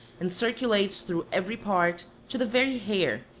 and circulates through every part, to the very hair,